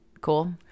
Cool